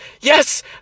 Yes